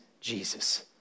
Jesus